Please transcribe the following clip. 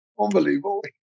unbelievable